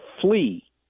flee